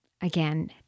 again